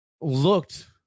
looked